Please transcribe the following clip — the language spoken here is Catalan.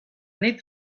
nit